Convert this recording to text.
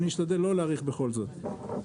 אני אשתדל לא להאריך בכל זאת.